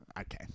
Okay